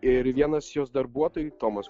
ir vienas jos darbuotojų tomas